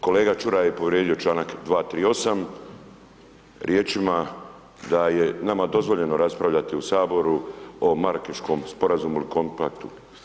Kolega Čuraj je povrijedio članak 238. riječima da je nama dozvoljeno raspravljati u Saboru o Marakeškom sporazumu ili kompaktu.